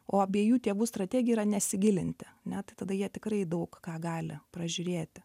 o abiejų tėvų strategija yra nesigilinti net tada jie tikrai daug ką gali pražiūrėti